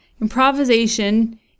improvisation